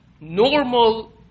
normal